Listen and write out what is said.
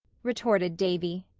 retorted davy.